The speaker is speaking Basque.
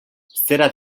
zera